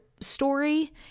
story